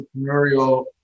entrepreneurial